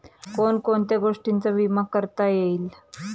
कोण कोणत्या गोष्टींचा विमा करता येईल?